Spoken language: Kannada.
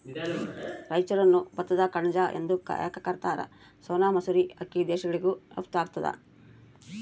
ರಾಯಚೂರನ್ನು ಭತ್ತದ ಕಣಜ ಎಂದು ಯಾಕ ಕರಿತಾರ? ಸೋನಾ ಮಸೂರಿ ಅಕ್ಕಿ ವಿದೇಶಗಳಿಗೂ ರಫ್ತು ಆಗ್ತದ